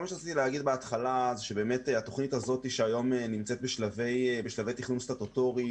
התוכנית הזאת שהיום נמצאת בשלבי תכנון סטטוטורי